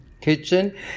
kitchen